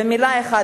ומלה אחת,